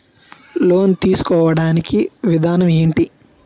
Loan తీసుకోడానికి విధానం ఏంటి?